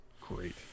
Great